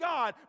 God